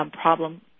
problem